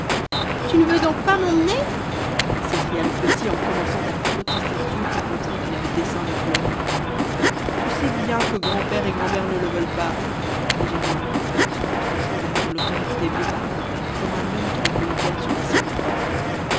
tu ne veux donc pas m'emmener s'écria le petit en commençant à frotter ses yeux pour montrer qu'il avait dessein de pleurer tu sais bien que grand-père et grand'mère ne le veulent pas dit germain se retranchant derrière l'autorité des vieux parents comme un homme qui ne compte guère sur la sienne propre